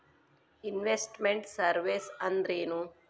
Invest made services ಅಂದ್ರೇನು?